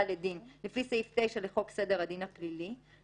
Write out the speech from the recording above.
לדין לפי סעיף 9 לחוק סדר הדין הפלילי.